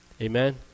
Amen